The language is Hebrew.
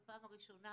זו הפעם הראשונה